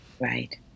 right